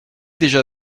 déjà